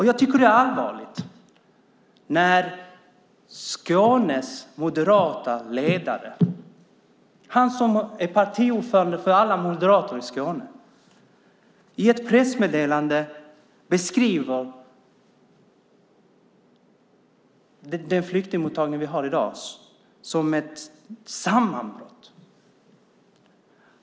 Jag tycker att det är allvarligt när Skånes moderata ledare, han som är partiordförande för alla moderater i Skåne, i ett pressmeddelande beskriver den flyktingmottagning vi har i dag som ett sammanbrott.